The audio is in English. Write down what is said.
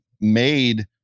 made